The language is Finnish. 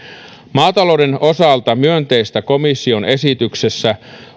maatalouden osalta myönteistä komission esityksessä